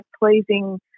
pleasing